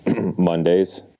Mondays